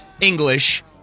English